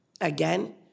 Again